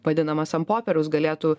vadinamas ant popieriaus galėtų